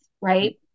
right